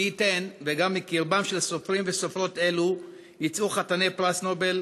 מי ייתן וגם מקרבם של סופרים וסופרות אלו יצאו חתני פרס נובל